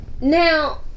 now